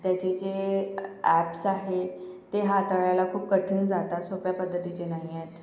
त्याचे जे ॲप्स आहे ते हाताळायला खूप कठीण जातात सोप्या पद्धतीचे नाही आहेत